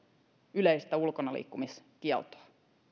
yleistä ulkonaliikkumiskieltoa